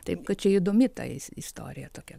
taip kad čia įdomi ta is istorija tokia